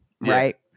Right